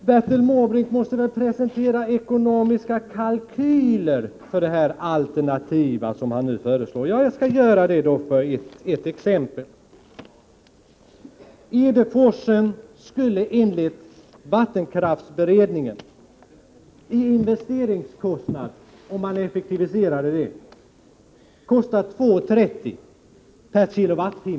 Bertil Måbrink väl måste presentera några ekonomiska kalkyler för det alternativ han föreslår. Jag skall då ge ett exempel. För Edeforsen skulle enligt vattenkraftsberedningen investeringskostnaderna bli 2:30 kr. per kWh.